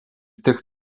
tik